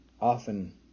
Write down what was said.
often